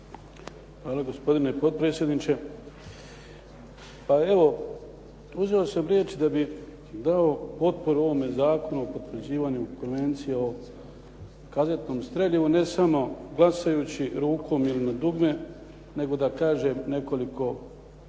Hvala, gospodine potpredsjedniče. Pa evo uzeo sam riječ da bih dao potporu ovom Zakonu o potvrđivanju Konvencije o kazetnom streljivu, ne samo glasajući rukom ili na dugme, nego da kažem nekoliko riječi.